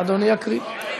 אדוני יקריא.